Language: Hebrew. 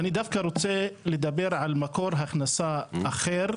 דווקא רוצה לדבר על מקור הכנסה אחר,